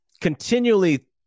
continually